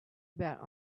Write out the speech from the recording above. about